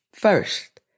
First